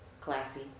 classy